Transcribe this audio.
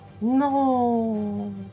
No